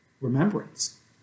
remembrance